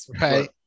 Right